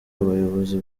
abayobozi